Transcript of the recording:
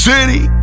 City